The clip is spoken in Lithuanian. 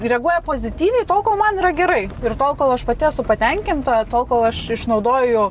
reaguoja pozityviai tol kol man yra gerai ir tol kol aš pati esu patenkinta tol kol aš išnaudoju